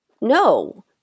no